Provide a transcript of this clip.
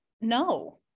no